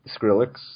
Skrillex